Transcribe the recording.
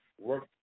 work